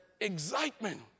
excitement